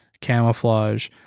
camouflage